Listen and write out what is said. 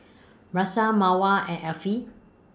Mawar and Afiq